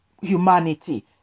humanity